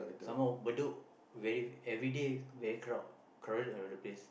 some more Bedok very everyday very crowd crowded the place